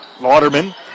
Lauderman